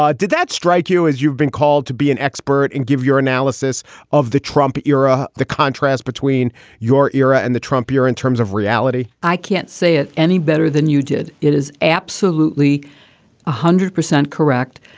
ah did that strike you, as you've been called, to be an expert and give your analysis of the trump era? the contrast between your era and the trump you're in terms of reality? i can't say it any better than you did. it is absolutely one ah hundred percent correct.